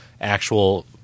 actual